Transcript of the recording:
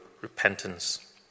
repentance